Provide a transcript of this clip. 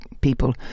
people